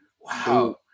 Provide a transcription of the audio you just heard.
wow